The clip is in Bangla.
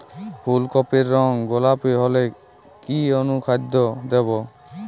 ফুল কপির রং গোলাপী হলে কি অনুখাদ্য দেবো?